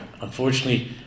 Unfortunately